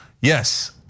yes